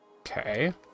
Okay